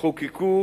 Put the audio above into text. נחקקו